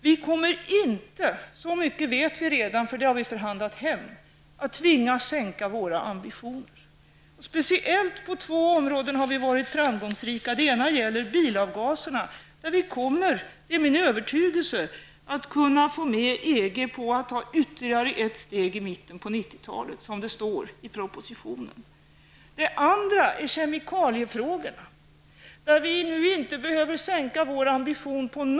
Vi kommer inte att tvingas sänka våra ambitioner. Det vet vi redan, för det har vi förhandlat klart om. Vi har varit framgångsrika på speciellt två områden. Vi kommer, det är min övertygelse, att kunna få med EG på att ta ytterligare ett steg i mitten på 90-talet. Det står i propositionen. Det andra gäller kemikaliefrågorna. Vi behöver på det området inte på någon punkt sänka våra ambitioner.